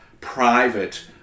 private